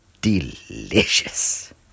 delicious